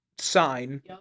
sign